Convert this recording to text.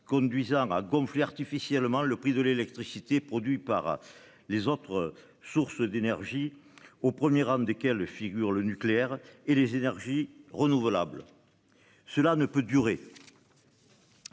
conduisant à gonfler artificiellement le prix de l'électricité produit par les autres sources d'énergie au 1er rang desquels figurent le nucléaire et les énergies renouvelables. Cela ne peut durer.